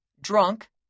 drunk